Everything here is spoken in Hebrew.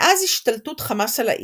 מאז השתלטות חמאס על העיר,